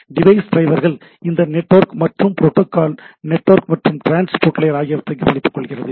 device ட்ரைவர்கள் இந்த network மற்றும் புரோட்டோக்கால் நெட்வொர்க் மற்றும் டிரான்ஸ்போர்ட் லேயர் ஆகியவற்றைக் கவனித்துக் கொள்கிறது